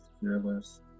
fearless